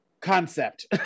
concept